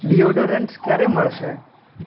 deodorants ક્યારે મળશે